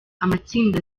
amatsinda